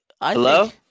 hello